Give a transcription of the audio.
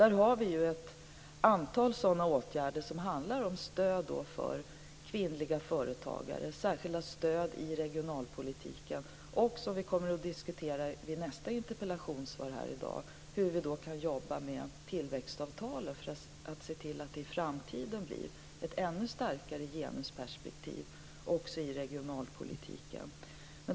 Där har vi ett antal åtgärder som handlar om stöd för kvinnliga företagare, särskilda stöd i regionalpolitiken och, något som vi kommer att diskutera vid nästa interpellationsdebatt i dag, hur vi kan jobba med tillväxtavtalen för att se till att det i framtiden blir ett ännu starkare genusperspektiv också i regionalpolitiken.